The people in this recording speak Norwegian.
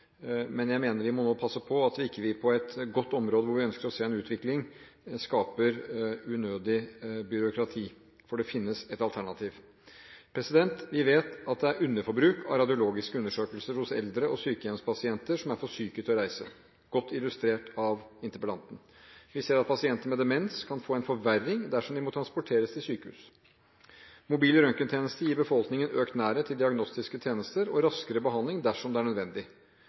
Men jeg mener vi må passe på at vi ikke på et område hvor vi ønsker å se en utvikling, skaper unødig byråkrati, for det finnes et alternativ. Vi vet at det er underforbruk av radiologiske undersøkelser hos eldre og sykehjemspasienter som er for syke til å reise. Det ble godt illustrert av interpellanten. Vi ser at pasienter med demens kan få en forverring dersom de må transporteres til sykehus. Mobile røntgentjenester gir befolkningen økt nærhet til diagnostiske tjenester og raskere behandling dersom det er nødvendig.